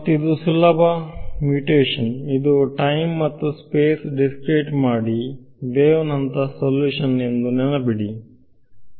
ಮತ್ತು ಇದು ಸುಲಭದ ಮುಟೇಶನ್ ಇದು ಟೈಮ್ ಮತ್ತು ಸ್ಪೇಸ್ ದಿಸ್ಕ್ರೀಟ್ ಮಾಡಿ ವೇವ್ ನಂತಹ ಸಲ್ಯೂಷನ್ ಎಂದು ನೆನಪಿಡಲು